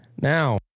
Now